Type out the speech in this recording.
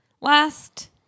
Last